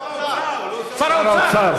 אמרתי שר האוצר,